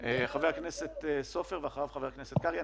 חבר הכנסת אופיר סופר ואחר כך חבר הכנסת קרעי.